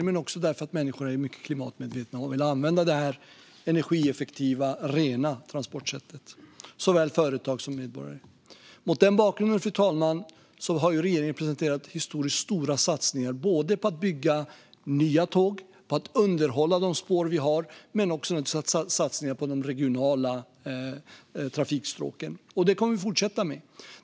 Men det beror också på att såväl företag som medborgare är mycket klimatmedvetna och vill använda det här energieffektiva och rena transportsättet. Mot den bakgrunden, fru talman, har regeringen presenterat historiskt stora satsningar på att bygga nya tåg, på att underhålla de spår vi har och på de regionala trafikstråken. Det kommer vi att fortsätta med.